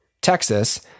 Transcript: Texas